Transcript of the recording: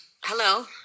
hello